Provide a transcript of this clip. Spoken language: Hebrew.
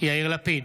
יאיר לפיד,